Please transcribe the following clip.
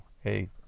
hey